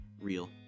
real